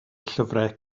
llyfrau